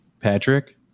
Patrick